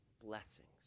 blessings